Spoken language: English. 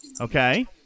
Okay